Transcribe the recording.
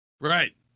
Right